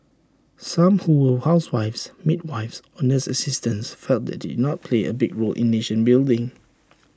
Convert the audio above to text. some who were housewives midwives or nurse assistants felt that they did not play A big role in nation building